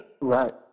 right